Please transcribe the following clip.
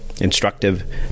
instructive